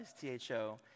T-H-O